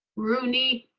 rooney.